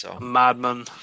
Madman